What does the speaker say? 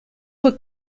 what